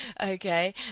Okay